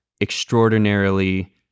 extraordinarily